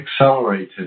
accelerated